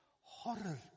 Horror